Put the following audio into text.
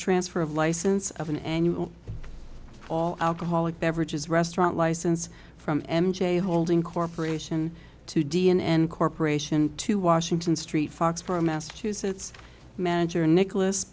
transfer of license of an annual all alcoholic beverages restaurant license from m j holding corporation to d n n corporation to washington street foxboro massachusetts manager nicholas